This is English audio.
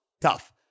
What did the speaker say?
tough